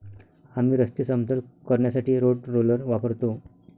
आम्ही रस्ते समतल करण्यासाठी रोड रोलर वापरतो